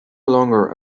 longer